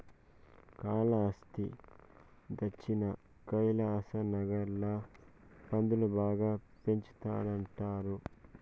కాలాస్త్రి దచ్చినాన కైలాసనగర్ ల పందులు బాగా పెంచతండారు